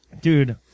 dude